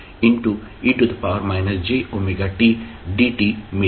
e jt dtमिळेल